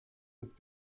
ist